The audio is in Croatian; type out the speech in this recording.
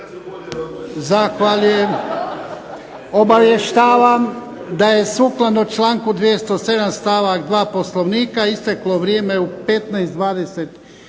Zahvaljujem. Obavještavam da je sukladno članku 207. stavak 2. Poslovnika isteklo vrijeme u 15